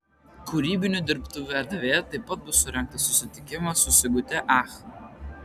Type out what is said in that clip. kūrybinių dirbtuvių erdvėje taip pat bus surengtas susitikimas su sigute ach